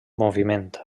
moviment